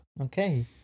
Okay